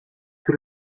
que